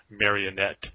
Marionette